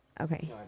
Okay